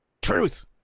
Truth